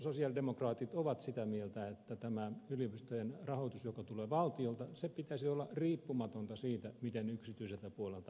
sosialidemokraatit ovat sitä mieltä että tämän yliopistojen rahoituksen joka tulee valtiolta pitäisi olla riippumatonta siitä miten yksityiseltä puolelta rahaa tulee